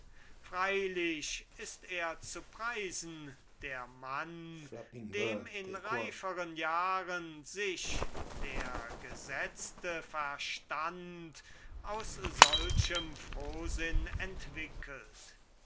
freilich ist er zu preisen der mann dem in reiferen jahren sich der gesetzte verstand aus solchem frohsinn entwickelt